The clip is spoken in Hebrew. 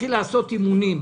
להתחיל לעשות אימונים,